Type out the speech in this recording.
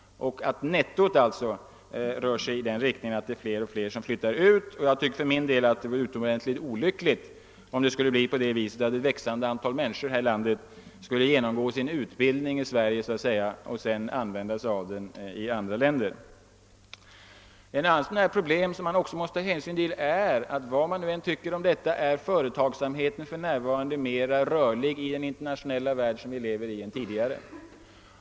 Nettot rör sig alltså i riktning mot allt fler utflyttade. Jag tycker för min del att det vore utomordentligt olyckligt om ett växande antal människor skulle genomgå sin utbildning här i landet och sedan använda sig av den i andra länder. Ett annat problem som man måste ta hänsyn till är att vad man än tycker om det så är företagsamheten nu mer rörlig än tidigare i den internationella värld som vi lever i.